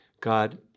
God